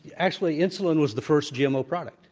actually, insulin was the first gmo product.